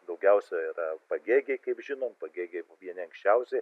daugiausia yra pagėgiai kaip žinom pagėgiai vieni anksčiausiai